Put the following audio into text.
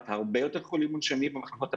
הרבה יותר חולים מונשמים במחלקות הפנימיות.